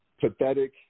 Pathetic